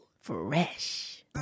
fresh